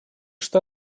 что